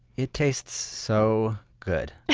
it tastes so good